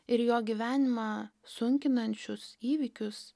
ir jo gyvenimą sunkinančius įvykius